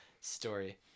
story